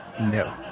No